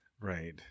Right